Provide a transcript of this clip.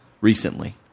recently